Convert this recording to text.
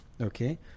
okay